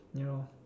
ya lor